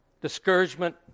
Discouragement